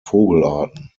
vogelarten